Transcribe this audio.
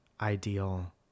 ideal